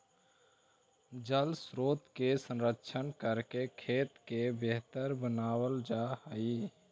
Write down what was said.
जलस्रोत के संरक्षण करके खेत के बेहतर बनावल जा हई